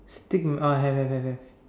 stick on uh have have have have